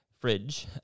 Fridge